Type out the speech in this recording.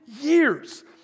years